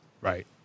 right